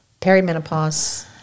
perimenopause